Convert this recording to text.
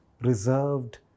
reserved